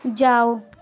जाओ